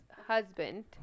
husband